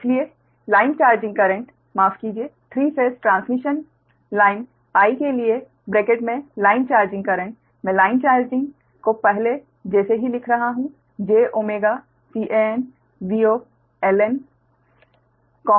इसलिए line charging current माफ कीजिये 3 फेस ट्रांसमिशन लाइन I के लिए ब्रैकेट में लाइन चार्जिंग करेंट मैं लाइन चार्जिंग को पहले जैसे ही लिख रहा हूँ jωCanVLN LN VLN